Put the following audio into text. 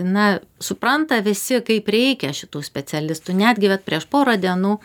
na supranta visi kaip reikia šitų specialistų netgi vat prieš porą dienų